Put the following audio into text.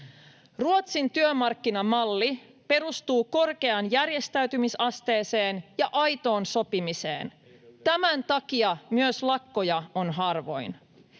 Ruotsin työmarkkinamalli perustuu korkeaan järjestäytymisasteeseen ja aitoon sopimiseen. Tämän takia myös lakkoja on harvoin.